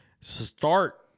start